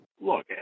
Look